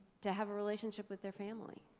to have a relationship with their family.